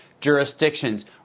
jurisdictions